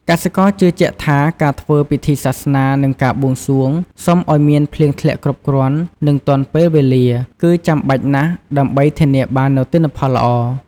កសិករជឿជាក់ថា ការធ្វើពិធីសាសនា និងការបួងសួងសុំឱ្យមានភ្លៀងធ្លាក់គ្រប់គ្រាន់ និងទាន់ពេលវេលា គឺចាំបាច់ណាស់ដើម្បីធានាបាននូវទិន្នផលល្អ។